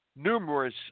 Numerous